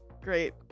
great